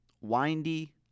windy